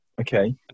Okay